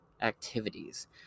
activities